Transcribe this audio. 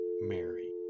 Mary